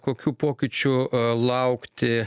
kokių pokyčių laukti